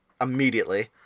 immediately